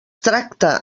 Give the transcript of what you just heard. tracta